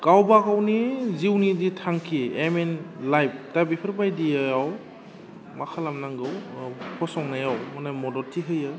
गावबागावनि जिउनि जि थांखि एम इन लाइप दा बेफोरबायदियाव मा खालामनांगौ फसंनायाव माने मददथि होयो